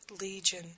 legion